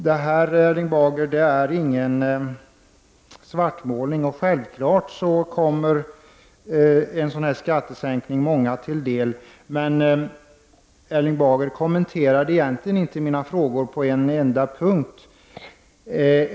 Detta är inte någon svartmålning, Erling Bager. Självfallet kommer en sådan här skattesänkning många till del. Erling Bager kommenterade egentligen inte mina frågor på en enda punkt.